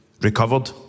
recovered